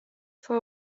for